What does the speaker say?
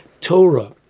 Torah